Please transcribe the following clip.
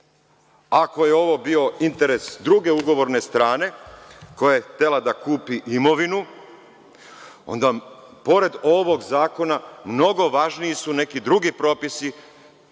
je ovo bio interes druge ugovorne strane koja je htela da kupi imovinu, onda pored ovog zakona mnogo važniji su neki drugi propisi